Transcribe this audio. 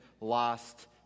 lost